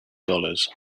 dollars